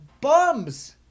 bums